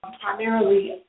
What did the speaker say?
Primarily